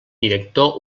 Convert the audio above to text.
director